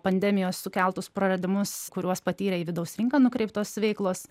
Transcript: pandemijos sukeltus praradimus kuriuos patyrė į vidaus rinką nukreiptos veiklos